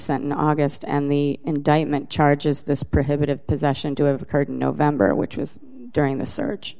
sent in august and the indictment charges this prohibitive possession to have occurred in november which was during the search